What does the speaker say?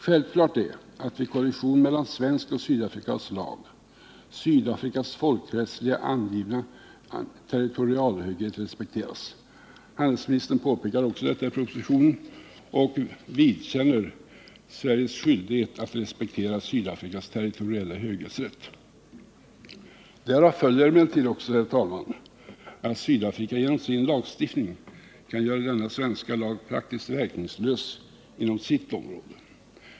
Självklart är att vid kollision mellan svensk och sydafrikansk lag Sydafrikas folkrättsliga, angivna territorialhöghet respekteras. Handelsministern påpekar också detta i propositionen och vidkänner Sveriges skyldighet att respektera Sydafrikas territoriella höghetsrätt. Därav följer emellertid också, herr talman, att Sydafrika genom sin lagstiftning kan göra denna svenska lag praktiskt verkningslös inom sitt område.